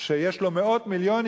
שיש לו מאות מיליונים,